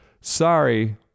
Sorry